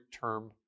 term